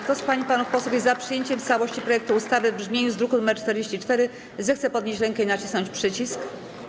Kto z pań i panów posłów jest za przyjęciem w całości projektu ustawy w brzmieniu z druku nr 44, zechce podnieść rękę i nacisnąć przycisk,